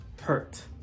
hurt